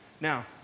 Now